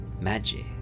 magic